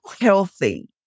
healthy